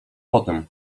potem